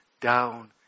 down